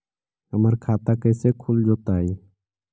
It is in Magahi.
हमर खाता कैसे खुल जोताई?